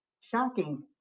shocking